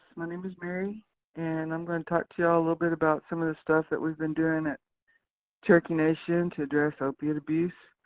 my name is mary and i'm gonna and talk to y'all a little bit about some of the stuff that we've been doing at cherokee nation to address opiate abuse.